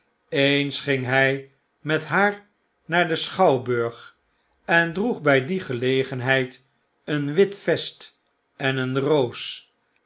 eens ging hp met haar naar den schouwburg en droeg by die gelegenheid een wit vest en een roos